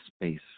space